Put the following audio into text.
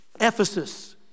Ephesus